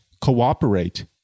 cooperate